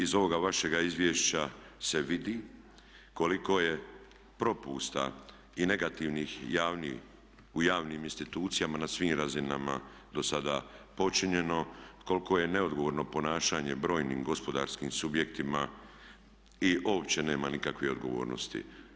Iz ovoga vašega izvješća se vidi koliko je propusta i negativnih u javnim institucijama na svim razinama do sada počinjeno, koliko je neodgovorno ponašanje brojnim gospodarskim subjektima i uopće nema nikakve odgovornosti.